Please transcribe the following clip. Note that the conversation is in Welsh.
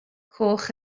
coch